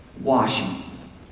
Washing